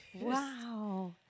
Wow